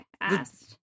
asked